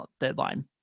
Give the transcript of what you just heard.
deadline